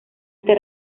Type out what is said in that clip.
este